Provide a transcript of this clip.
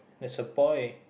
there's a boy